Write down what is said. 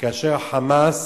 וכאשר ה"חמאס"